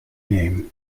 name